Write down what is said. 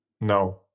No